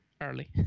early